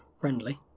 friendly